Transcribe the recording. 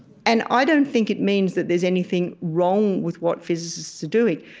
and i don't think it means that there's anything wrong with what physicists are doing.